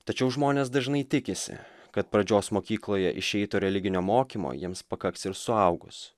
tačiau žmonės dažnai tikisi kad pradžios mokykloje išeito religinio mokymo jiems pakaks ir suaugus